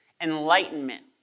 enlightenment